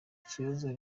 kibazo